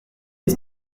les